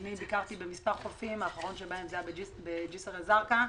ביקרתי בכמה חופים, האחרון שלהם היה בג'סר א-זרקה.